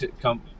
come